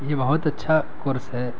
یہ بہت اچھا کورس ہے